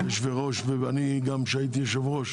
אני גם כשהייתי יושב ראש